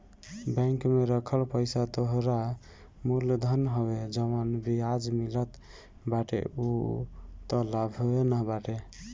bank में रखल पईसा तोहरा मूल धन हवे जवन बियाज मिलत बाटे उ तअ लाभवे न बाटे